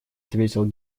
ответил